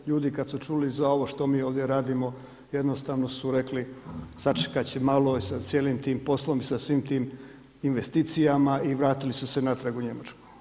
Ljudi kad su čuli za ovo što mi ovdje radimo jednostavno su rekli sačekat će malo sa cijelim tim poslom, sa svim tim investicijama i vratili su se natrag u Njemačku.